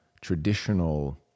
traditional